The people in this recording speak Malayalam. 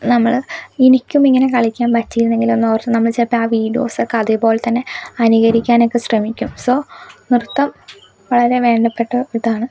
നമ്മൾ എനിക്കും ഇങ്ങനെ കളിക്കാൻ പറ്റിയിരുന്നെങ്കിൽ എന്ന് ഓർത്തു നമ്മൾ ചിലപ്പം ആ വീഡിയോസൊക്കെ അതേപോലെ തന്നെ അനുകരിക്കാനൊക്കെ ശ്രമിക്കും സോ നൃത്തം വളരെ വേണ്ടപ്പെട്ട ഇതാണ്